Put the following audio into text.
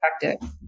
effective